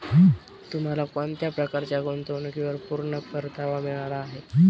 तुम्हाला कोणत्या प्रकारच्या गुंतवणुकीवर पूर्ण परतावा मिळाला आहे